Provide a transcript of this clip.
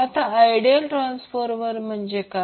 आता ideal transformer म्हणजे काय